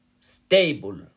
stable